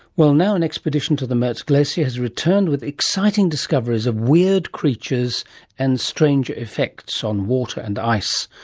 well, now an expedition to the mertz glacier has returned with exciting discoveries of weird creatures and stranger effects on water and ice.